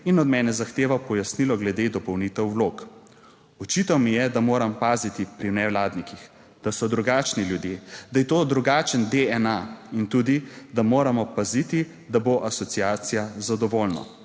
in od mene zahteval pojasnilo glede dopolnitev vlog. Očital mi je, da moram paziti pri nevladnikih, da so drugačni ljudje, da je to drugačen DNA in tudi, da moramo paziti, da bo asociacija zadovoljna,